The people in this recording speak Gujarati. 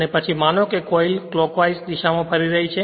અને પછી માનો કે કોઇલ ક્લોકવાઇસ દિશા માં ફરી રહી છે